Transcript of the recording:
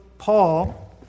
Paul